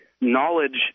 Knowledge